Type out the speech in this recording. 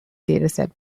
dataset